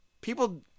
People